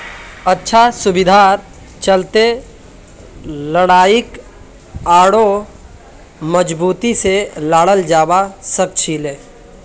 अच्छा सुविधार चलते लड़ाईक आढ़ौ मजबूती से लड़ाल जवा सखछिले